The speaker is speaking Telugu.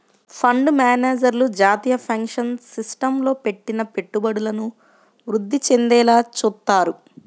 ఫండు మేనేజర్లు జాతీయ పెన్షన్ సిస్టమ్లో పెట్టిన పెట్టుబడులను వృద్ధి చెందేలా చూత్తారు